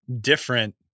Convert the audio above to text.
different